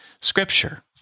scripture